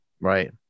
Right